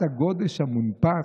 מס הגודש המונפץ.